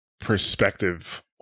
perspective